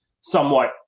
somewhat